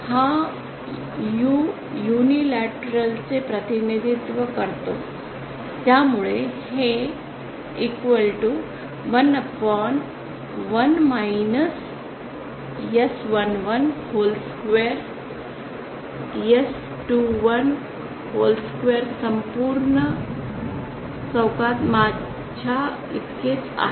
हा u unilateral प्रतिनिधित्व करतो त्यामुळे हे 11 मायनस एस 11 whole square संपूर्ण चौकोनी एस 21 whole square संपूर्ण चौकात माझ्या इतकेच आहे